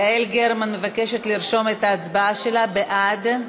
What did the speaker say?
יעל גרמן מבקשת לרשום את ההצבעה שלה בעד.